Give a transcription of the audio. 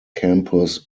campus